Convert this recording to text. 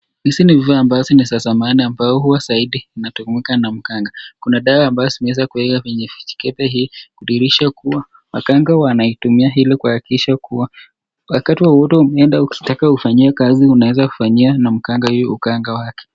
Hizi ni vyoo ambazo ni za zamani na ambao huwa inatumika zaidi na mganga. Kuna dawa ambazo zimeweza kuwekwa kwenye vijikebe hivi Kudhihirisha kuwa waganga wanaitumia ili kuhakikisha kuwa wakati wowote umeenda unataka ufanyiwe kazi unaweza kufanyiwa na mganga huyu uganga wake.